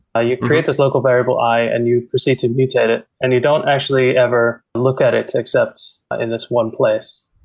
ah you create this local variable, i, and you proceed to mutate it and you don't actually ever look at it except in this one place.